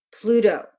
Pluto